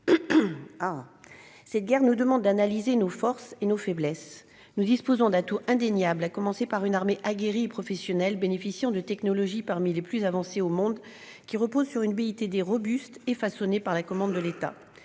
Cette guerre nous oblige à analyser nos forces et nos faiblesses. Nous disposons d'atouts indéniables, à commencer par une armée aguerrie et professionnelle, bénéficiant de technologies parmi les plus avancées au monde, qui repose sur une BITD robuste et façonnée par la commande de l'État.